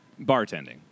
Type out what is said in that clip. bartending